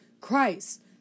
Christ